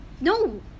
No